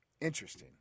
Interesting